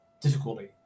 difficulty